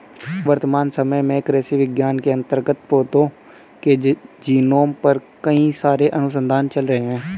वर्तमान समय में कृषि विज्ञान के अंतर्गत पौधों के जीनोम पर कई सारे अनुसंधान चल रहे हैं